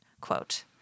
quote